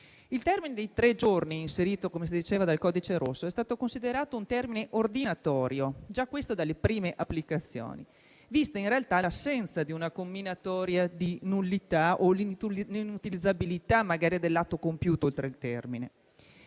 Il termine dei tre giorni inserito dal codice rosso è stato considerato ordinatorio già dalle prime applicazioni, vista in realtà l'assenza di una comminatoria di nullità o l'inutilizzabilità dell'atto compiuto oltre il termine.